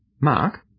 Mark